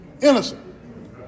innocent